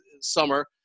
summer